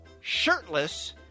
shirtless